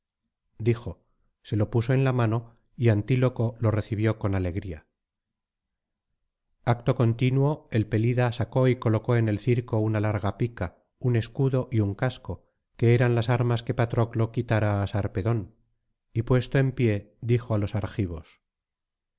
dijo se lo puso en la mano y antíloco lo recibió con alegría acto continuo el pelida sacó y colocó en el circo una larga pica un escudo y un casco que eran las armas que patroclo quitara á sarpedón y puesto en pie dijo á los argivos